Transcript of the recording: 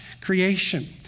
creation